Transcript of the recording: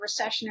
recessionary